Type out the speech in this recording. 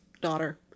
daughter